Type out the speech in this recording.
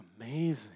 amazing